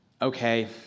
okay